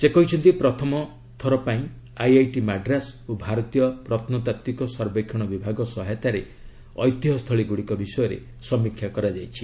ସେ କହିଛନ୍ତି ପ୍ରଥମଥର ପାଇଁ ଆଇଆଇଟି ମାଡ୍ରାସ ଓ ଭାରତୀୟ ପ୍ରତ୍ନତାତ୍ତ୍ୱିକ ସର୍ଭେକ୍ଷଣ ବିଭାଗ ସହାୟତାରେ ଐତିହ୍ୟସ୍ଥଳୀ ଗୁଡ଼ିକ ବିଷୟରେ ସମୀକ୍ଷା କରାଯାଇଛି